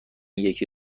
یکی